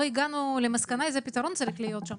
הגענו למסקנה איזה פתרון צריך להיות שם,